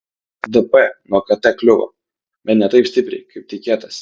dp nuo kt kliuvo bet ne taip stipriai kaip tikėtasi